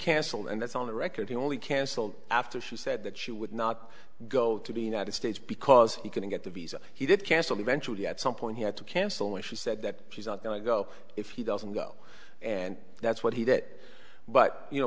cancelled and that's on the record he only cancelled after she said that she would not go to be united states because he couldn't get the visa he did cancel eventually at some point he had to cancel and she said that she's not going to go if he doesn't go and that's what he did but you know